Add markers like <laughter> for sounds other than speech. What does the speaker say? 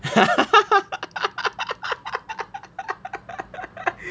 <laughs>